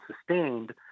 sustained